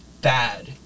bad